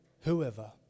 whoever